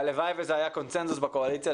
והלוואי וזה היה קונצנזוס בקואליציה,